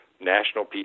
national